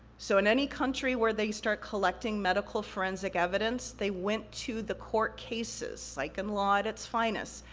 so, in any country where they start collecting medical forensic evidence, they went to the court cases, psych and law at its finest.